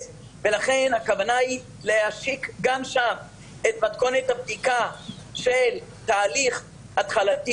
ולכן הכוונה היא להשיק גם שם את מתכונת הבדיקה של תהליך התחלתי.